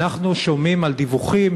אנחנו שומעים על דיווחים,